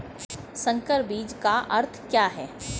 संकर बीज का अर्थ क्या है?